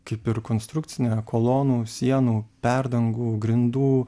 kaip ir konstrukcinę kolonų sienų perdangų grindų